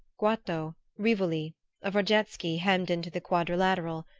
goito, rivoli of radetsky hemmed into the quadrilateral,